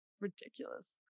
Ridiculous